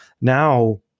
now